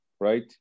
right